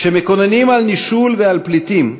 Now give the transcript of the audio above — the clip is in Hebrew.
כשמקוננים על נישול ועל פליטים,